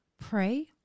pray